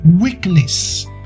weakness